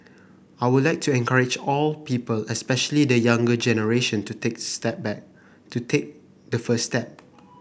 I would like to encourage all people especially the younger generation to take step back to take the first step